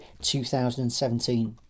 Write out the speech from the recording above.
2017